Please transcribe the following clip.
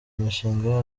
mishinga